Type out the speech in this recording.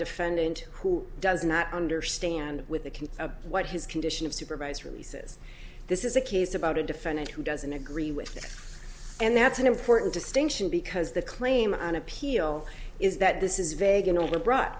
defendant who does not understand with the can of what his condition of supervised release is this is a case about a defendant who doesn't agree with it and that's an important distinction because the claim on appeal is that this is vague an overbr